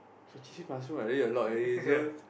so cheap ah so must eat already a lot already so